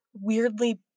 weirdly